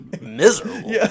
miserable